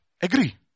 agree